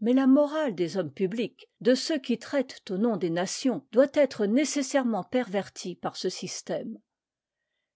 mais la morale des hommes publics de ceux qui traitent au nom des nations doit être nécessairement pervertie par ce système